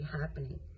happening